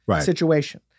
situation